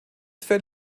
fell